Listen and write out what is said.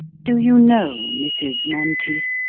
do you know, mrs. monteith,